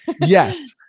yes